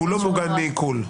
והוא לא מוגן מעיקול.